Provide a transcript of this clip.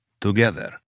together